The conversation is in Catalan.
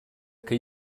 que